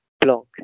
blog